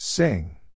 Sing